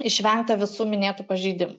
išvengta visų minėtų pažeidimų